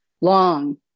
long